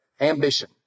ambition